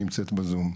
שנמצאת בזום.